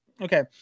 okay